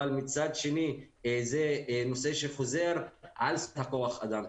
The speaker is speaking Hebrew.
אבל מצד שני זה נושא שחוזר על סוגיית כוח אדם.